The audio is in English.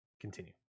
Continue